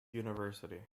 university